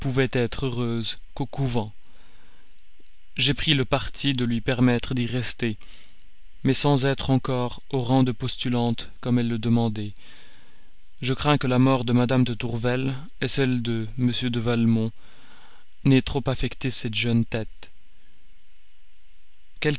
être heureuse qu'au couvent j'ai pris le parti de lui permettre d'y rester mais sans être encore au rang des postulantes comme elle le demandait je crains que la mort de mme de tourvel celle de m de valmont n'aient trop affecté cette jeune tête